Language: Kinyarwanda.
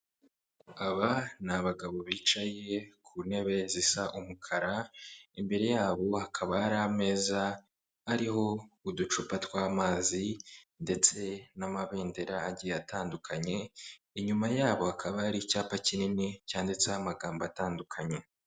Aba ni abagabo bicaye ku ntebe zisa umukara, imbere yabo hakaba hari ameza ariho uducupa tw'amazi ndetse n'amabendera agiye atandukanye, inyuma yabo hakaba hari icyapa kinini cyanditseho amagambo atandukanye.